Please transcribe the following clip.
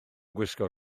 gwisgo